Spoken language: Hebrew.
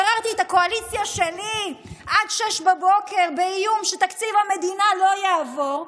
גררתי את הקואליציה שלי עד 06:00 באיום שתקציב המדינה לא יעבור.